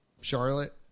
charlotte